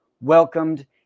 welcomed